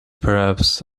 perhaps